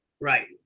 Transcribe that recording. Right